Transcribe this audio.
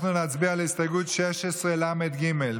אנחנו נצביע על הסתייגות 16ל"ג.